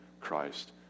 Christ